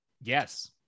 yes